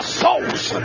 souls